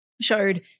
showed